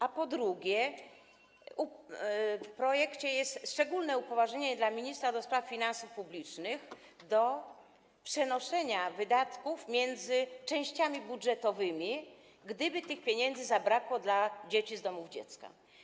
A po drugie, w projekcie jest szczególne upoważnienie dla ministra do spraw finansów publicznych do przenoszenia wydatków między częściami budżetowymi, gdyby tych pieniędzy zabrakło dla dzieci z domów dziecka.